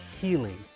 healing